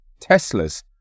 Teslas